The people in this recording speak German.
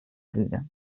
lüge